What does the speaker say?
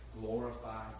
glorify